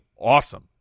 awesome